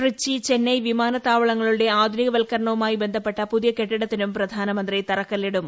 ട്രിച്ചി ചെന്നൈ വിമാനത്താവളങ്ങളുടെ ആധുനികവൽക്കരണവുമായി ബന്ധപ്പെട്ട പുതിയ കെട്ടിടത്തിനും പ്രധാനമന്ത്രി തറക്കല്ലിടും